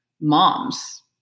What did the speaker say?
moms